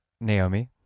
Naomi